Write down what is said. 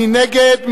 מי נגד?